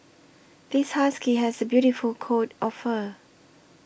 this husky has a beautiful coat of fur